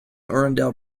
arundel